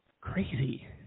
crazy